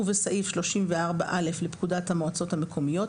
בסעיף 34א לפקודת המועצות המקומיות,